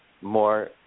more